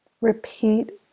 repeat